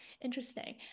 interesting